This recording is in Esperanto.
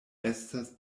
estas